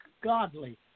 godly